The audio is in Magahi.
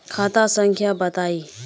खाता संख्या बताई?